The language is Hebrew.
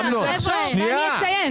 רגע, חבר'ה, תן לי לסיים.